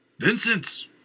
Vincent